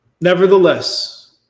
nevertheless